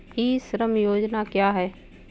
ई श्रम योजना क्या है?